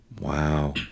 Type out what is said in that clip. Wow